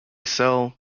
sell